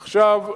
עכשיו,